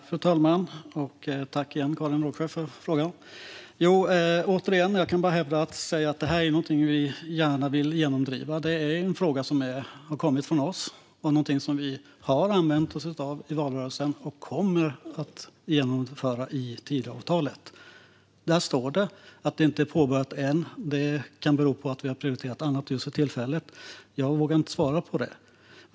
Fru talman! Tack, Karin Rågsjö, för frågan! Återigen kan jag bara säga att detta är något vi gärna vill genomdriva. Det är en fråga som har kommit från oss. Det är en fråga som vi har använt i valrörelsen och kommer att genomföra i Tidöavtalet. Där står det. Att det inte är påbörjat än kan bero på att vi har prioriterat annat just för tillfället. Jag vågar inte svara på det.